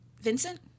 Vincent